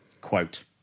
Quote